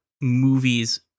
movies